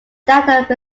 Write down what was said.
that